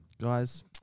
guys